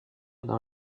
dans